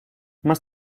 más